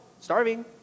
starving